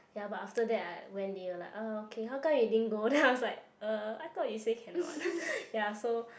ya but after that I went they were like uh okay how come you didn't go then I was like uh I thought you say cannot what ya so